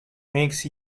makes